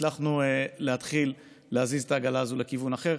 הצלחנו להתחיל להזיז את העגלה הזאת לכיוון אחר.